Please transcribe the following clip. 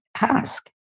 ask